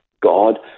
God